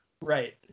Right